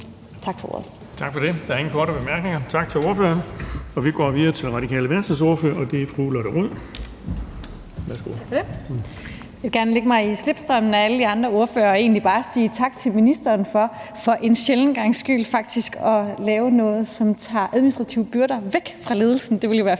Tak for ordet.